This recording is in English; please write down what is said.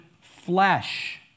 flesh